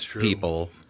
people